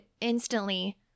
instantly